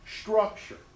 structure